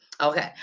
Okay